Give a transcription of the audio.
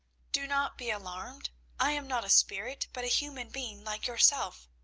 do not be alarmed i am not a spirit, but a human being like yourself.